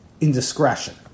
indiscretion